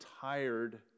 tired